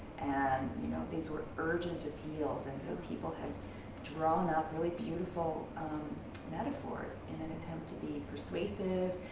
and you know, these were urgent appeals and so people had drawn up really beautiful metaphors in an attempt to be persuasive.